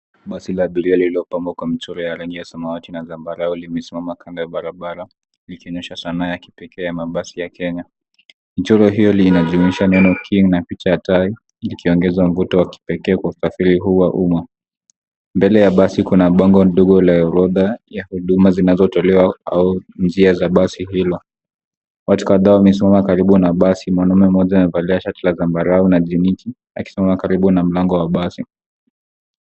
Basi la abiria lililopamwa kwa mchoro ya rangi ya samawati na zambarau limesimama kando ya barabara likionyesha sanaa ya kipekee ya mabasi ya Kenya. Mchoro hio linajumuisha neno king na picha ya tai likiongeza mvuto wa kipekee kwa usafiri huu wa umma. Mbele ya basi kuna bango ndogo la orodha ya huduma zinazotolewa au njia za basi hilo. Watu kadhaa wamesimama karibu na basi. Mwanaume mmoja amevalia shati la zambarau na jinisi akisimama karibu na mlango wa basi.